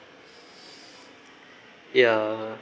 ya